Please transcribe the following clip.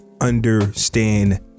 understand